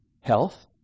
health